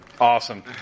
Awesome